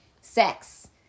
sex